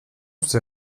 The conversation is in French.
ses